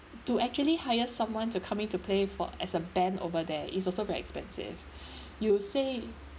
to actually hire someone to come in to play for as a band over there is also very expensive you say